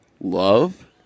Love